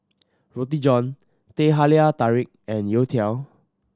Roti John Teh Halia Tarik and youtiao